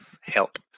help